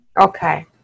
Okay